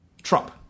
Trump